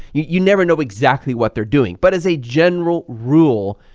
you never know exactly what they're doing, but as a general rule,